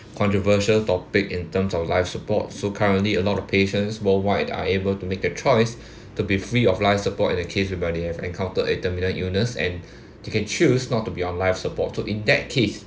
controversial topic in terms of life support so currently a lot of patients worldwide are able to make their choice to be free of life support in the case whereby they have encountered a terminal illness and you can choose not to be on life support so in that case